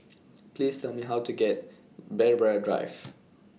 Please Tell Me How to get to Braemar Drive